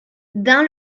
dun